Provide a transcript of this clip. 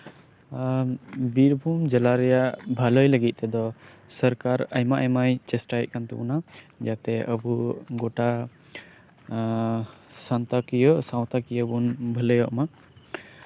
ᱵᱤᱨᱵᱷᱩᱢ ᱡᱮᱞᱟ ᱨᱮᱭᱟᱜ ᱵᱷᱟᱹᱞᱟᱹᱭ ᱞᱟᱹᱜᱤᱫ ᱛᱮᱫᱚ ᱥᱚᱨᱠᱟᱨ ᱟᱭᱢᱟ ᱟᱭᱢᱟᱭ ᱪᱮᱥᱴᱟᱭᱮᱜ ᱛᱟᱵᱳᱱᱟ ᱡᱟᱛᱮ ᱟᱵᱚ ᱜᱚᱴᱟ ᱥᱟᱶᱛᱟ ᱠᱤᱭᱟᱹ ᱵᱚᱱ ᱵᱷᱟᱹᱞᱟᱹᱭᱚᱜ ᱢᱟ